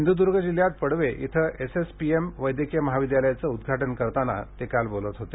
सिंधुद्र्ग जिल्ह्यात पडवे इथं S S P M वैद्यकीय महाविद्यालयाचं उद्घाटन करताना ते काल बोलत होते